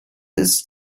this